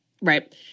Right